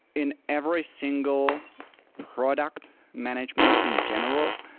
in every single product, management in general,